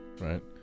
right